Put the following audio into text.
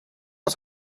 was